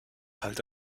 halt